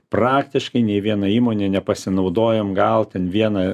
praktiškai nė viena įmonė nepasinaudojom gal ten viena